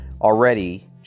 already